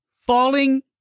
falling